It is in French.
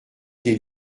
des